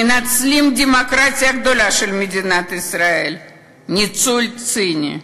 מנצלים את הדמוקרטיה הגדולה של מדינת ישראל ניצול ציני.